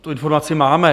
Tu informaci máme.